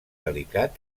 delicat